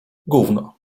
gówno